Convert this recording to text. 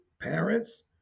parents